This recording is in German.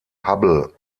hubble